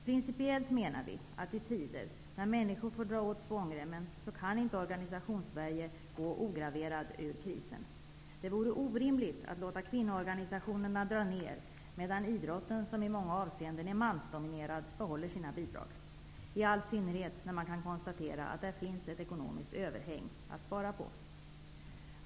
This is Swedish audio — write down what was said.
Principiellt menar vi att i tider när människor får dra åt svångremmen kan inte Organsationssverige gå ograverat ur krisen. Det vore orimligt att låta kvinnoorganisationerna dra ned medan idrotten, som i många avseenden är mansdominerad, behåller sina bidrag -- i all synnerhet som man kan konstatera att där finns ett ekonomiskt överhäng att spara på.